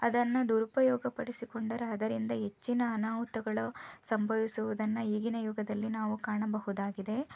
ಅದನ್ನು ದುರುಪಯೋಗ ಪಡಿಸಿಕೊಂಡರೆ ಅದರಿಂದ ಹೆಚ್ಚಿನ ಅನಾಹುತಗಳು ಸಂಭವಿಸುದನ್ನು ಈಗಿನ ಯುಗದಲ್ಲಿ ನಾವು ಕಾಣಬಹುದಾಗಿದೆ